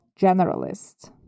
generalist